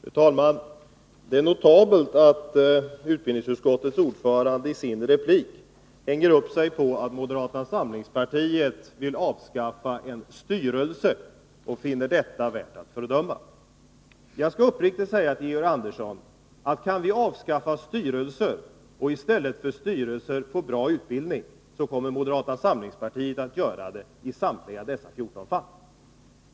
Fru talman! Det är notabelt att utskottets ordförande i sin replik hänger upp sig på att moderata samlingspartiet vill avskaffa en styrelse och finner detta värt att fördöma. Jag skall uppriktigt säga till Georg Andersson, att kan vi avskaffa styrelser och i stället för styrelser få bra utbildning, kommer moderata samlingspartiet att göra det i samtliga dessa 14 fall.